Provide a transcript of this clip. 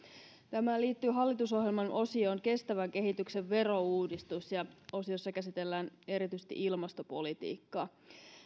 tämä liittyy hallitusohjelman osioon kestävän kehityksen verouudistus jossa käsitellään erityisesti ilmastopolitiikkaa